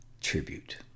tribute